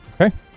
Okay